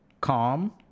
calm